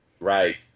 Right